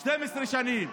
12 שנים,